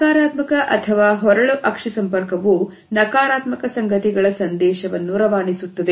ನಕಾರಾತ್ಮಕ ಅಥವಾ ಹೊರಳು ಅಕ್ಷಿ ಸಂಪರ್ಕವು ನಕಾರಾತ್ಮಕ ಸಂಗತಿಗಳ ಸಂದೇಶವನ್ನು ರವಾನಿಸುತ್ತದೆ